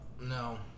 No